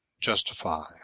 justify